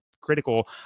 critical